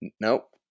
Nope